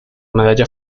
medalla